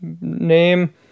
name